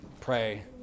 pray